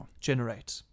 generate